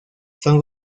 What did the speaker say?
son